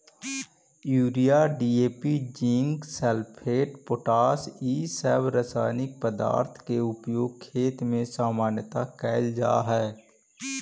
urea, DAP, zinc sulphate, potash इ सब रसायनिक पदार्थ के उपयोग खेत में सामान्यतः कईल जा हई